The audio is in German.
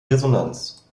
resonanz